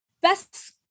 best